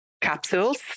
capsules